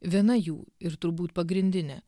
viena jų ir turbūt pagrindinė